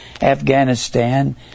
Afghanistan